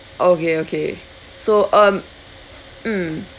okay okay so um mm